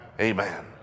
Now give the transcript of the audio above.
Amen